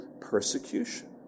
persecution